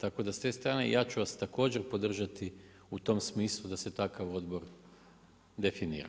Tako da s te strane i ja ću vas također podržati u tom smislu da se takav odbor definira.